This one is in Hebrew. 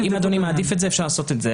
אם אדוני מעדיף את זה, אפשר לעשות את זה.